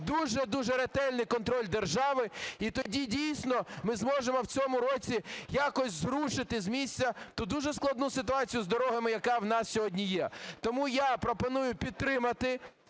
дуже-дуже ретельний контроль держави. І тоді, дійсно, ми зможемо в цьому році якось зрушити з місця ту, дуже складну, ситуацію з дорогами, яка у нас сьогодні є. Тому я пропоную підтримати